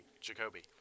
Jacoby